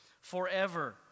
forever